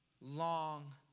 long